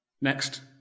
Next